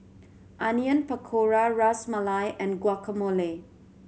Onion Pakora Ras Malai and Guacamole